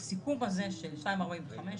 הסיכום של נכי צה"ל בגובה של 2.45%,